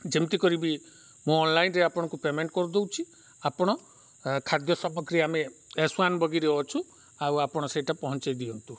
ଯେମିତି କରିବି ମୁଁ ଅନଲାଇନ୍ରେ ଆପଣଙ୍କୁ ପେମେଣ୍ଟ କରିଦେଉଛି ଆପଣ ଖାଦ୍ୟ ସାମଗ୍ରୀ ଆମେ ଏସ୍ ୱାନ୍ ବଗିରେ ଅଛୁ ଆଉ ଆପଣ ସେଇଟା ପହଞ୍ଚେଇ ଦିଅନ୍ତୁ